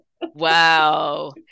Wow